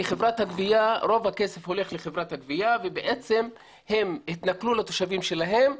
כי רוב הכסף הולך לחברת הגבייה ובעצם הם התנכלו לתושבים שלהם.